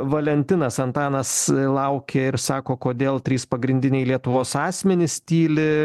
valentinas antanas laukia ir sako kodėl trys pagrindiniai lietuvos asmenys tyli